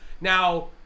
Now